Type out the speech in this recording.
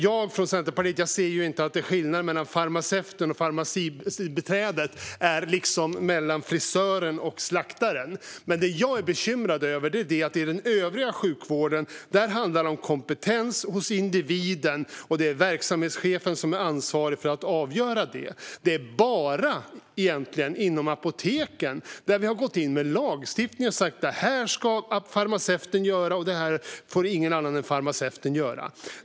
Jag och Centerpartiet ser inte att skillnaden mellan farmaceuten och farmacibiträdet är lika stor som den mellan frisören och slaktaren. Det jag är bekymrad över är att det i den övriga sjukvården handlar om kompetens hos individen, och det är verksamhetschefen som är ansvarig för att avgöra det. Det är egentligen bara när det gäller apoteken som vi har gått in med lagstiftning och föreskrivit vad som ska göras av en farmaceut och vad som inte får göras av någon annan.